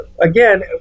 Again